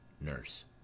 Nurse